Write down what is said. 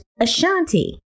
Ashanti